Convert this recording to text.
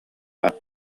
баар